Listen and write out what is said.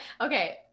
okay